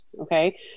okay